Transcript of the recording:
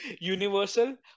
universal